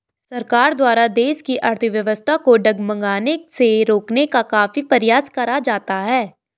सरकार द्वारा देश की अर्थव्यवस्था को डगमगाने से रोकने का काफी प्रयास करा जाता है